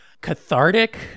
cathartic